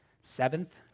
seventh